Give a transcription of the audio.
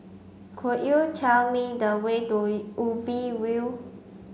could you tell me the way to Ubi View